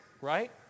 right